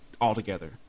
altogether